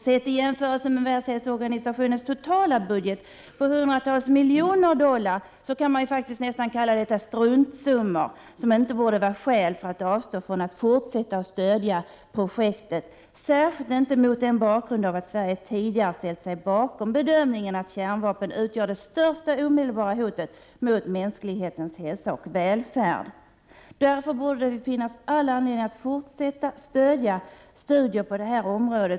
Sett i förhållande till Världshälsoorganisationens totala budget på hundratals miljoner dollar kan man nästan kalla detta struntsummor. De borde inte vara skäl att avstå från att fortsätta stödja projektet, särskilt mot bakgrund av att Sverige tidigare har ställt sig bakom bedömningen att kärnvapen utgör det största omedelbara hotet mot mänsklighetens hälsa och välfärd. Därför borde det finnas all anledning att fortsätta stödja studier på detta område.